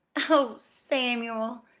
oh, samuel!